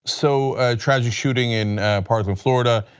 so tragic shooting in parkland, florida,